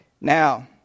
Now